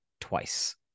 twice